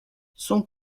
son